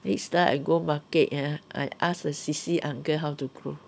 next time I go market ah I ask the C_C uncle how to grow